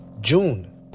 June